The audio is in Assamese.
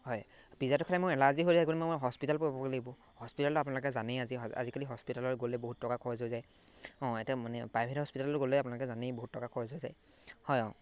হয় পিজ্জাটো খালে মোৰ এলাৰ্জি হৈ যাই ম মই হস্পিটেল পাবগৈ লাগিব হস্পিটেলত আপোনালোকে জানেই আজি আজিকালি হস্পিটেলত গ'লে বহুত টকা খৰচ হৈ যায় অঁ এতিয়া মানে প্ৰাইভেট হস্পিটেলত গ'লে আপোনালোকে জানেই বহুত টকা খৰচ হৈ যায় হয় অঁ